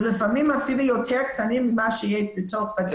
ולפעמים אפילו יותר קטנים ממה שיש בתוך בתי הספר.